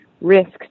risks